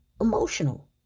emotional